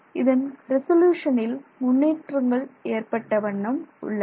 இதன் ரெசொல்யூஷனில் முன்னேற்றங்கள் ஏற்பட்ட வண்ணம் உள்ளன